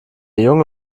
junge